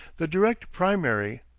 the direct primary,